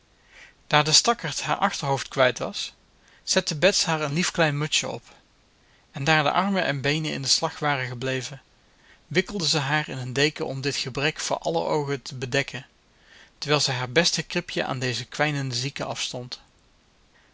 daar de stakkerd haar achterhoofd kwijt was zette bets haar een lief klein mutsje op en daar de armen en beenen in den slag waren gebleven wikkelde ze haar in een deken om dit gebrek voor aller oogen te bedekken terwijl ze haar beste kribje aan deze kwijnende zieke afstond